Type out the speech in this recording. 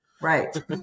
Right